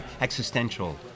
existential